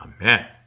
Amen